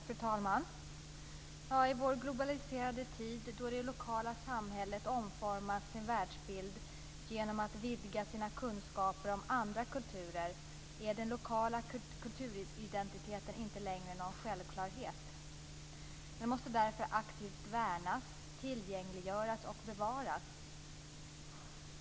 Fru talman! I vår globaliserade tid då det lokala samhället omformar sin världsbild genom att vidga sina kunskaper om andra kulturer är den lokala kulturidentiteten inte längre någon självklarhet. Den måste därför aktivt värnas, tillgängliggöras och bevaras.